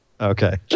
Okay